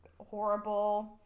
horrible